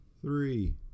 three